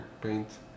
paint